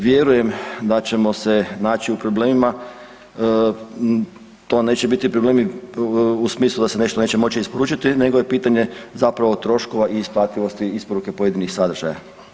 Vjerujem da ćemo se naći u problemima to neće biti problemi u smislu da se nešto neće moći isporučiti nego je pitanje zapravo troškova i isplativosti isporuke pojedinih sadržaja.